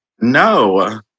No